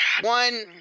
one